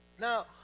Now